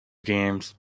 games